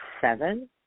seven